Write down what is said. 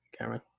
Cameron